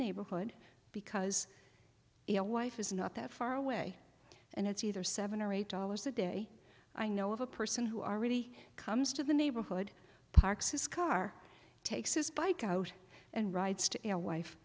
neighborhood because a wife is not that far away and it's either seven or eight dollars a day i know of a person who are really comes to the neighborhood parks his car takes his bike out and rides to a wife